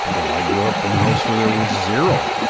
well i grew up in a house where there was zero,